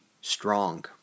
strong